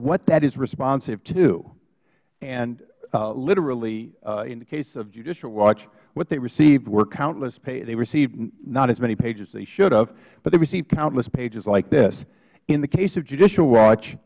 what that is responsive to and literally in the case of judicial watch what they received were countlessh they received not as many pages as they should have but they received countless pages like this in the case of judicial watch